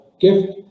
gift